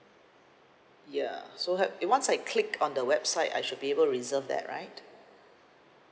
ya so have it once I click on the website I should be able to reserve that right